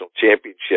championship